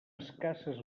escasses